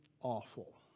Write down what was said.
awful